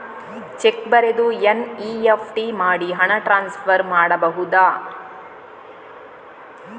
Check ಬರೆದು NEFT ಮಾಡಿ ಹಣ ಟ್ರಾನ್ಸ್ಫರ್ ಮಾಡಬಹುದು?